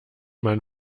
man